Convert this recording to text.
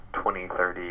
2030